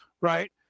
right